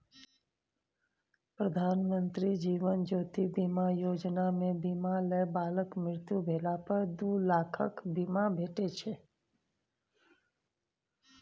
प्रधानमंत्री जीबन ज्योति बीमा योजना मे बीमा लय बलाक मृत्यु भेला पर दु लाखक बीमा भेटै छै